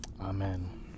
Amen